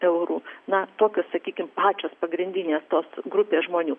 eurų na tokios sakykim pačios pagrindinės tos grupės žmonių